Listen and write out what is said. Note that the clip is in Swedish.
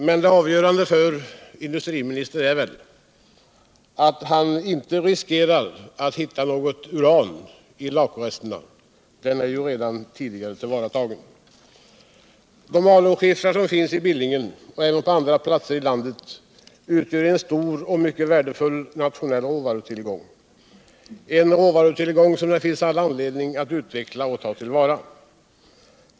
Men det avgörande för industriministern är väl att han inte riskerar att finna något uran i lakresterna. Uranet har ju redan tidigare tillvaratagits. De alunskiffrar som finns i Billingen, och även på andra platser i landet. utgören stor och mycket värdefull nationell råvarutillgång —-en råvarutillgång som det finns all anledning att utveckla och tillvarata.